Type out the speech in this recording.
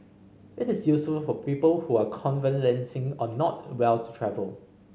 it is useful for people who are convalescing or not well to travel